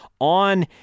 on